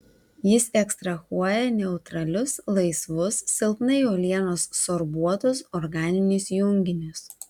jis ekstrahuoja neutralius laisvus silpnai uolienos sorbuotus organinius junginius